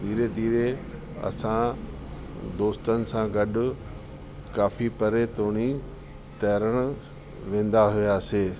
धीरे धीरे असां दोस्तनि सां गॾु काफ़ी परे ताईं तरण वेंदा हुआसीं